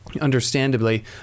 Understandably